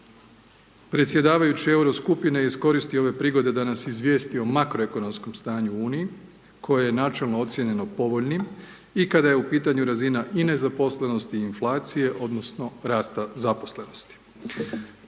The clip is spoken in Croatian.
Predsjedavajući euro skupine iskoristi ove prigode da nas izvjesti o makroekonomskom stanju u Uniji, koje je načelno ocjenjeno povoljnim i kada je u pitanju razina i nezaposlenosti i inflacije, odnosno, rasta zaposlenosti.